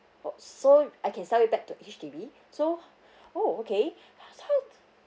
oh so I can sell it back to H_D_B so oh okay how